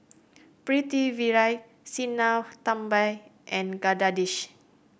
Pritiviraj Sinnathamby and Jagadish